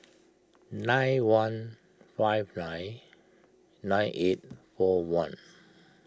nine one five nine nine eight four one